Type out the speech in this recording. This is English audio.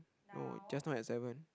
no just now at seven